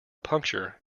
puncture